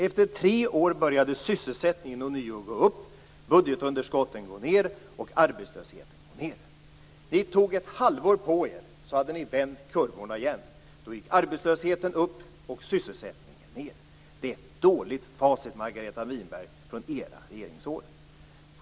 Efter tre år började sysselsättningen ånyo gå upp och budgetunderskottet och arbetslösheten gå ned. Ni tog ett halvår på er för att återigen vända kurvorna. Då gick arbetslösheten upp och sysselsättningen ned. Det är ett dåligt facit, Margareta Winberg, från era regeringsår!